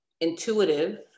intuitive